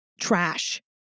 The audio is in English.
trash